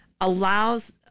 allows